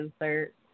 insert